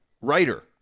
writer